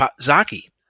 Zaki